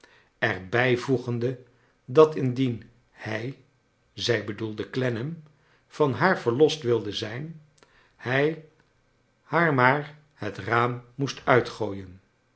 er bijvoegende dat indien hij zij bedoelde clennam van haar verlost wilde zijn hi haar maar het raam moest uitgooien